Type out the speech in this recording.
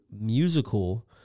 musical